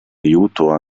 aiuto